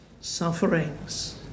sufferings